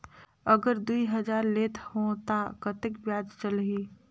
अगर दुई हजार लेत हो ता कतेक ब्याज चलही?